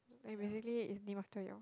like basically it's named after your